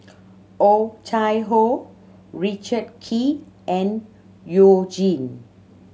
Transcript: Oh Chai Hoo Richard Kee and You Jin